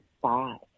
five